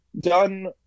done